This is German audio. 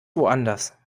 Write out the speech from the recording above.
woanders